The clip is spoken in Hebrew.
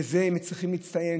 בזה הם צריכים להצטיין.